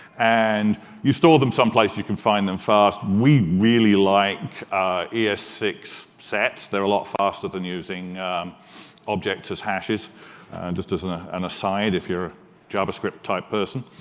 and you store them someplace you can find them fast. we really like e s six sets. they're a lot faster than using objects as hashes and just as as an ah and aside, if you're a javascript type person.